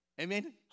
Amen